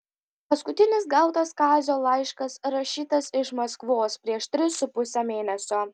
paskutinis gautas kazio laiškas rašytas iš maskvos prieš tris su puse mėnesio